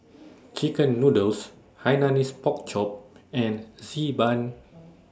Chicken Noodles Hainanese Pork Chop and Xi Ban